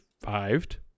survived